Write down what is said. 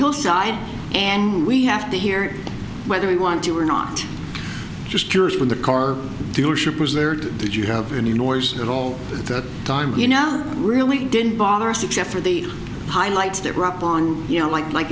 hillside and we have to hear whether we want to or not just curious when the car dealership was there did you have any noise at all that you know really didn't bother us except for the high lights that were up on you know like like